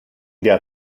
der